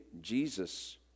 Jesus